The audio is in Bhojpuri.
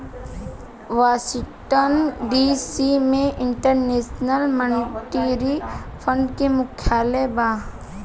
वॉशिंगटन डी.सी में इंटरनेशनल मॉनेटरी फंड के मुख्यालय बा